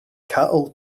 cattle